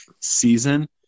season